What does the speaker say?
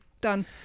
done